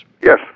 Yes